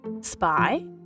spy